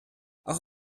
auch